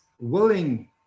willing